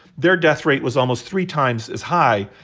their death rate was almost three times as high,